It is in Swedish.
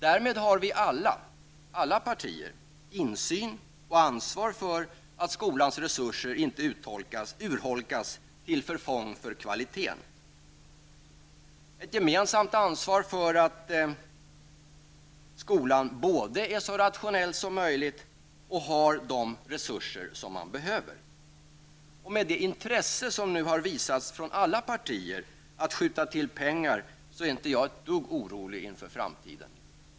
Därmed har vi i alla partier insyn i och ansvar för att skolans resurser inte urholkas till förfång för kvaliteten. Vi har ett gemensamt ansvar för att skolan både är så rationell som möjligt och har de resurser som behövs. Med det intresse som nu har visats från alla partier att skjuta till pengar är jag inte ett dugg orolig inför framtiden.